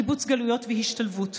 על קיבוץ גלויות והשתלבות,